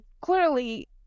clearly